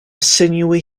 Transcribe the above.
sinewy